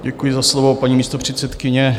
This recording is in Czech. Děkuji za slovo, paní místopředsedkyně.